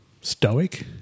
stoic